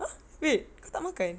!huh! wait kau tak makan